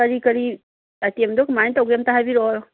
ꯀꯔꯤ ꯀꯔꯤ ꯑꯥꯏꯇꯦꯝꯗꯣ ꯀꯃꯥꯏꯅ ꯇꯧꯒꯦ ꯑꯝꯇ ꯍꯥꯏꯕꯤꯔꯛꯑꯣ